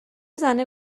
زنه